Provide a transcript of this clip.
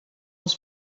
als